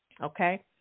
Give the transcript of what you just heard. okay